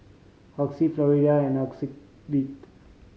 Oxy Floxia and Ocuvite